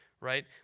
right